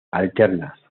alternas